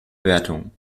wertung